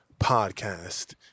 podcast